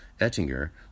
Ettinger